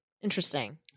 Interesting